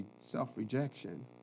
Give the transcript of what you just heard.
self-rejection